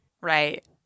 Right